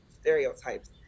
stereotypes